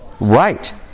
Right